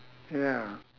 ya